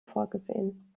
vorgesehen